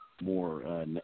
more